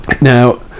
Now